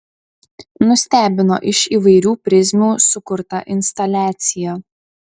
nustebino iš įvairių prizmių sukurta instaliacija